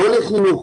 ללא חינוך?